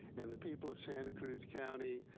and the people of santa cruz county,